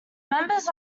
members